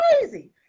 crazy